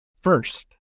first